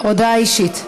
הודעה אישית.